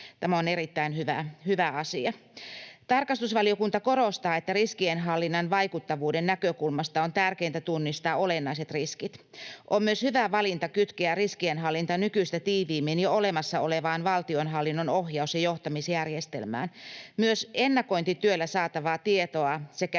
Tämä on erittäin hyvä asia. Tarkastusvaliokunta korostaa, että riskienhallinnan vaikuttavuuden näkökulmasta on tärkeintä tunnistaa olennaiset riskit. On myös hyvä valinta kytkeä riskienhallinta nykyistä tiiviimmin jo olemassa olevaan valtionhallinnon ohjaus- ja johtamisjärjestelmään. Myös ennakointityöllä saatavaa tietoa sekä